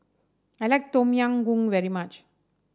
I like Tom Yam Goong very much